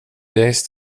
days